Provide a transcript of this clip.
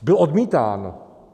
Byl odmítán.